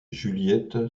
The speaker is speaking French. juliette